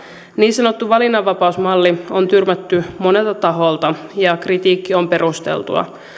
niin sanottu valinnanvapausmalli on tyrmätty monelta taholta ja kritiikki on perusteltua